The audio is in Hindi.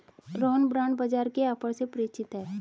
रोहन बॉण्ड बाजार के ऑफर से परिचित है